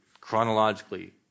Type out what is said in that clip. chronologically